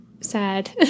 sad